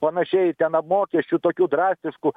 panašiai ten mokesčių tokių drastiškų